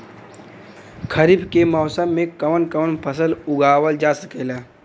खरीफ के मौसम मे कवन कवन फसल उगावल जा सकेला?